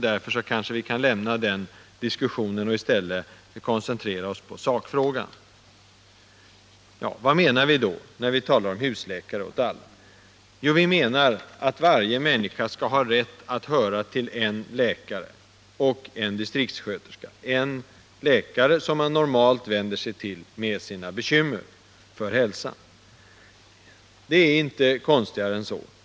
Därför kanske vi kan lämna den diskussionen och i stället koncentrera oss på sakfrågan. Vad menar vi då, när vi talar om husläkare åt alla? Vi menar att varje människa skall ha rätt att höra till en läkare — och en distriktssköterska — som man normalt vänder sig till med sina bekymmer för hälsan. Det är inte konstigare än så.